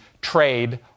trade